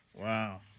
Wow